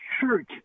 church